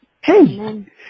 Hey